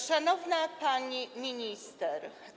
Szanowna Pani Minister!